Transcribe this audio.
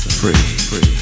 free